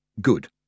Good